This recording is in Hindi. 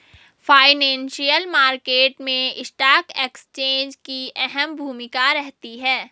फाइनेंशियल मार्केट मैं स्टॉक एक्सचेंज की अहम भूमिका रहती है